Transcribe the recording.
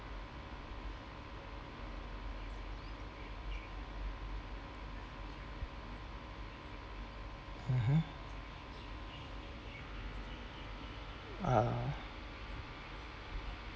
mmhmm uh